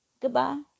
goodbye